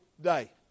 day